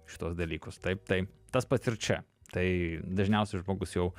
šituos dalykus taip tai tas pats ir čia tai dažniausiai žmogus jau